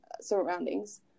surroundings